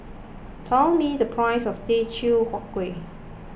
tell me the price of Teochew Huat Kueh